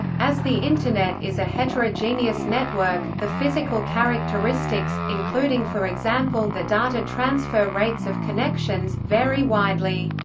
as the internet is a heterogeneous network, the physical characteristics, including for example the data transfer rates of connections, vary widely.